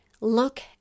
look